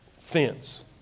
fence